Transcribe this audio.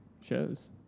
shows